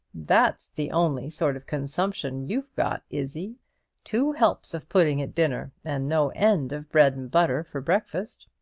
that's the only sort of consumption you've got, izzie two helps of pudding at dinner, and no end of bread-and-butter for breakfast.